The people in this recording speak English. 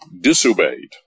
disobeyed